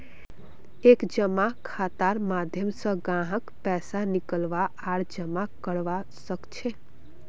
एक जमा खातार माध्यम स ग्राहक पैसा निकलवा आर जमा करवा सख छ